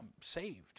saved